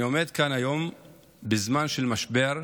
אני עומד כאן היום בזמן של משבר,